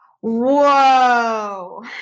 whoa